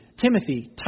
Timothy